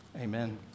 Amen